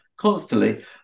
Constantly